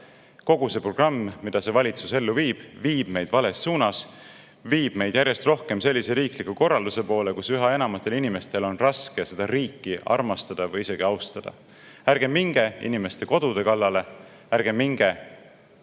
kogu see programm, mida see valitsus ellu viib, viib meid vales suunas, viib meid järjest rohkem sellise riikliku korralduse poole, kus üha enamatel inimestel on raske seda riiki armastada või isegi austada. Ärge minge inimeste kodude kallale! Ärge minge